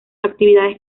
actividades